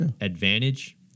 advantage